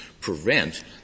prevent